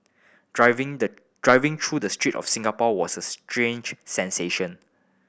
driving the driving through the street of Singapore was a strange sensation